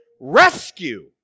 rescue